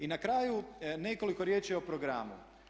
I na kraju nekoliko riječi o programu.